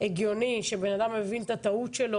הגיוני שבן אדם מבין את הטעות שלו,